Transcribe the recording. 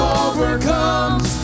overcomes